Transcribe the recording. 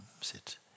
sit